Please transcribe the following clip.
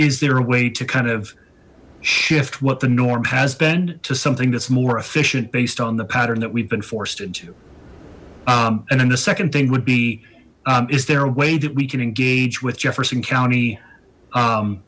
is there a way to kind of shift what the norm has been to something that's more efficient based on the pattern that we've been forced into and then the second thing would be is there a way that we can engage with jefferson county num